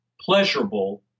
pleasurable